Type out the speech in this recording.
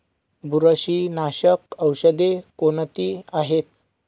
बुरशीनाशक औषधे कोणती आहेत?